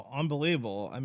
unbelievable